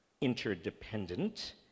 interdependent